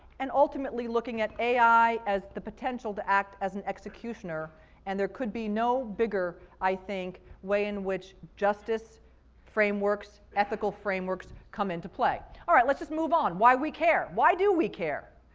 and ultimately looking at ai as the potential to act as an executioner and there could be no bigger, i think, way in which justice frameworks, ethical frameworks come into play. alright, let's just move on. why do we care? why do we care?